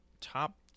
top